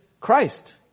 Christ